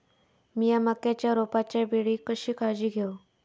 मीया मक्याच्या रोपाच्या वेळी कशी काळजी घेव?